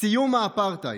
סיום האפרטהייד.